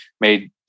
made